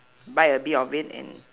bite a bit of it and